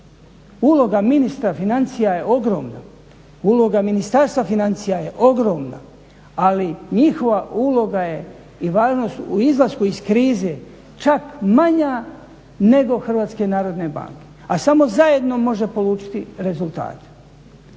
uloga Ministarstva financija je ogromna, ali njihova uloga je i važnost u izlasku iz krize čak manja nego HNB-a, a samo zajedno može polučiti rezultate.